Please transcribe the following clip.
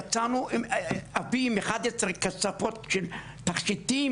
יצאנו הם פירקו 11 כספות של תכשיטים,